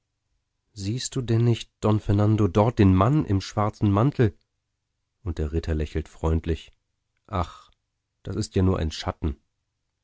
siehst du denn nicht don fernando dort den mann im schwarzen mantel und der ritter lächelt freundlich ach das ist ja nur ein schatten